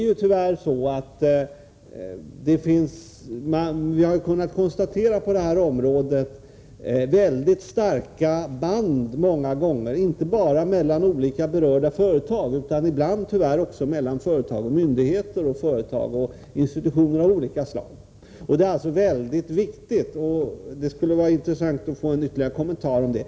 Vi har på detta område kunnat konstatera att det finns mycket starka band inte bara mellan olika berörda företag utan tyvärr också mellan företag och myndigheter och mellan företag och instanser av olika slag. Det skulle vara intressant att få ytterligare kommentarer om detta.